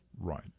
Right